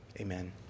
Amen